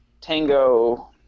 tango